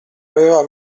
aveva